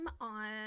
on